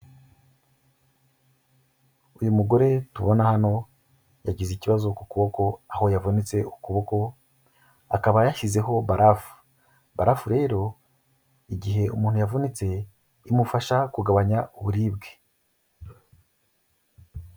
Uyu mugore tubona hano yagize ikibazo ku kuboko aho yavunitse ukuboko, akaba yashyizeho barafu, barafu rero igihe umuntu yavunitse imufasha kugabanya uburibwe.